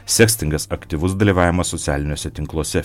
sekstingas aktyvus dalyvavimas socialiniuose tinkluose